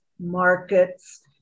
markets